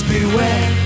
Beware